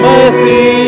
Mercy